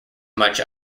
much